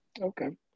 Okay